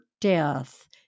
death